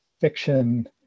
fiction